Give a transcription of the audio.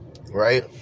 right